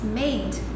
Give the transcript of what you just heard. made